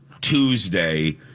Tuesday